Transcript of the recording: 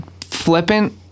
flippant